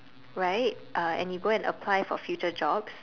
right uh and you go an apply for future jobs